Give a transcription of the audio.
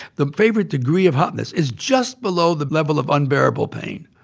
the favorite degree of hotness is just below the level of unbearable pain.